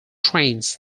trains